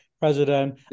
president